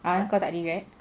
ah kau tak regret